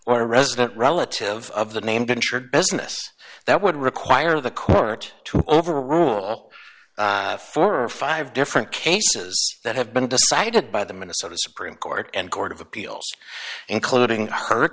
or resident relative of the named insured business that would require the court to overrule four or five different cases that have been decided by the minnesota supreme court and court of appeals including hurt